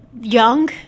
young